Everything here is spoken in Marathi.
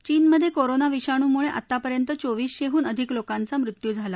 चीनमधे कोरोना विषाणूमुळे आतापर्यंत चोवीसशेहून अधिक लोकांचा मृत्यू झाला